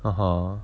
(uh huh)